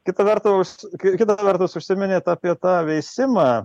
kita vertus kita vertus užsiminėt apie tą veisimą